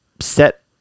set